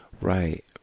right